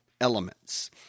elements